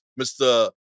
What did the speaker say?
Mr